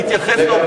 תתייחס לדברים,